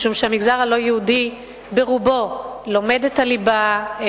משום שהמגזר הלא-יהודי ברובו לומד את הליבה,